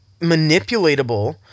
manipulatable